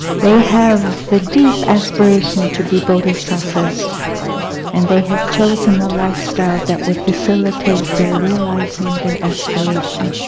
they have the deep aspiration to be bodhisattvas, and they have chosen a lifestyle that will facilitate their realizing their aspiration.